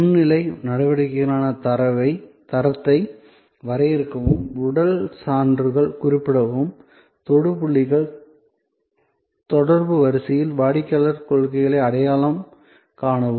முன் நிலை நடவடிக்கைகளுக்கான தரத்தை வரையறுக்கவும் உடல் சான்றுகளை குறிப்பிடவும் தொடு புள்ளிகள் தொடர்பு வரிசையில் வாடிக்கையாளர் கொள்கைகளை அடையாளம் காணவும்